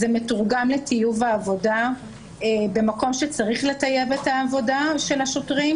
זה מתורגם לטיוב העבודה במקום שצריך לטייב את העבודה של השוטרים,